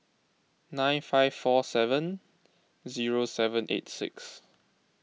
nine five four seven zero seven eight six